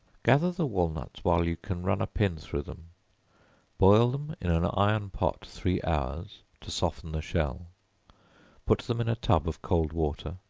gather the walnuts while you can run a pin through them boil them in an iron pot three hours, to soften the shell put them in a tub of cold water,